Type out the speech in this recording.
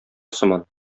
сыман